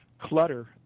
Clutter